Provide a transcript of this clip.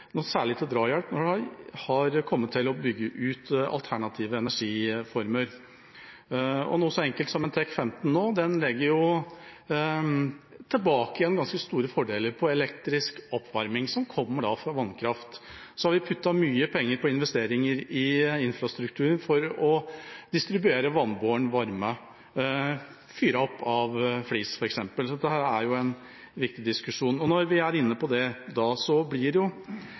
drahjelp når det gjelder å bygge ut alternative energiformer. Noe så enkelt som en TEK 15 nå legger tilbake ganske store fordeler på elektrisk oppvarming fra vannkraft. Vi har puttet mye penger i investeringer i infrastruktur for å distribuere vannbåren varme fyret opp av flis, f.eks., så dette er en viktig diskusjon. Når vi er inne på det, blir Senterpartiets innlegg i starten her i hvert fall noe kraftsosialistisk, om raskere, mer og uten særlig debatt – jeg merket meg også det